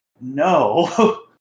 no